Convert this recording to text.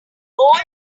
all